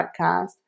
podcast